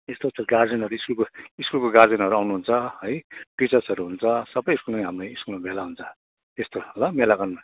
त्यस्तो पो छ त गार्जेनहरू स्कुलको स्कुलको गार्जेनहरू आउनुहुन्छ है टिचर्सहरू हुन्छ सबै स्कुलमा हाम्रो स्कुलमा यहाँ भेला हुन्छ त्यस्तो ल मेला ग्राउन्डमा